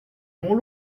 mon